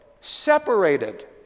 separated